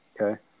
Okay